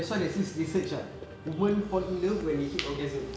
that's why there's this research ah woman fall in love when they hit orgasm